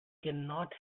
cannot